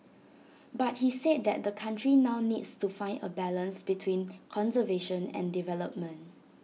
but he said that the country now needs to find A balance between conservation and development